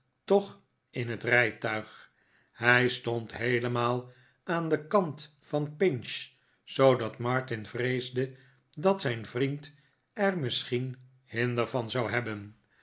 toch in het rijtuig hij stond heelemaal aan den kant van pinch zoodat martin vreesde dat zijn vriend er misschien hinder van zou hebben